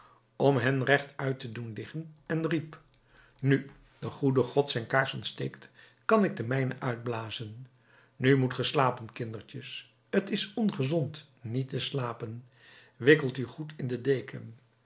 om hen rechtuit te doen liggen en riep nu de goede god zijn kaars ontsteekt kan ik de mijne uitblazen nu moet ge slapen kindertjes t is ongezond niet te slapen wikkelt u goed in de deken